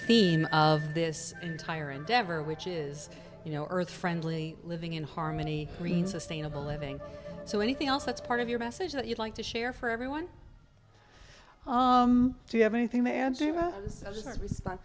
theme of this entire endeavor which is you know earth friendly living in harmony green sustainable living so anything else that's part of your message that you'd like to share for everyone do you have anything to a